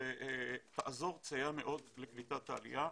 ותסייע מאוד בקליטת העלייה.